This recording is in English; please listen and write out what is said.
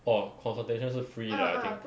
orh consultation 是 free 的 I think